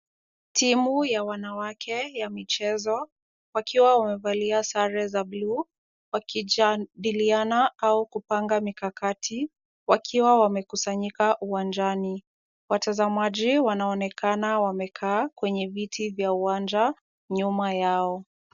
Timu ya wanawake ya michezo, wakiwa wamevalia sare za blue , wakijadiliana au kupanga mikakati, wakiwa wamekusanyika uwanjani. Watazamaji wanaonekana wamekaa kwenye viti vya uwanja, nyuma yao.